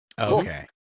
Okay